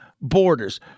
borders